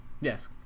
Yes